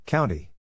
County